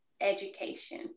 education